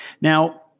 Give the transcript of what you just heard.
Now